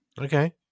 Okay